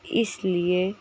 इसलिए